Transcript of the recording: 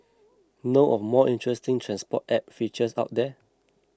know of more interesting transport app features out there